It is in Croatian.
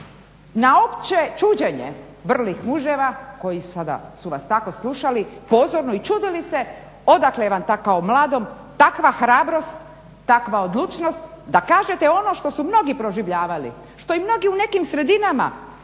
na opće čuđenje vrlih muževa koji su vas tako slušali pozorno i čudili se odakle vam tako kao mladom, takva hrabrost, takva odlučnost da kažete ono što su mnogi proživljavali, što i mnogi u nekim sredinama pod njihovom